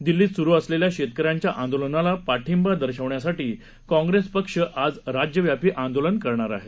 दिल्लीत सुरू असलेल्या शेतकऱ्यांच्या आंदोलनाला पाठिंबा दर्शवण्यासाठी काँग्रेस पक्ष आज राज्यव्यापी आंदोलन करत आहे